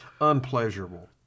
unpleasurable